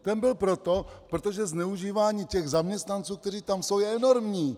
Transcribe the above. Ten byl proto, protože zneužívání těch zaměstnanců, kteří tam jsou, je enormní.